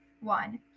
one